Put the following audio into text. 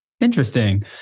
Interesting